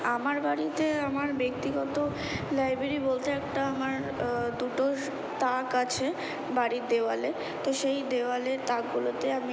আমার বাড়িতে আমার ব্যক্তিগত লাইব্রেরি বলতে একটা আমার দুটো তাক আছে বাড়ির দেওয়ালে তো সেই দেওয়ালে তাকগুলোতে আমি